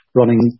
running